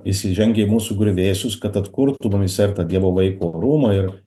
jis įžengia į mūsų griuvėsius kad atkurtų mumyse tą dievo vaiko orumą ir